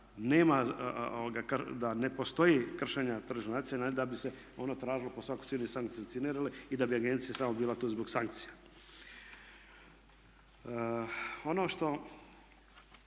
da ne postoji kršenja tržišnog natjecanja, da bi se ono tražilo po svaku cijenu i sankcioniralo i da bi agencija samo bila tu zbog sankcija. Ono što